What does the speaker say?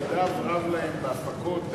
ידם רב להם בהפקות,